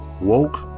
woke